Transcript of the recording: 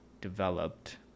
developed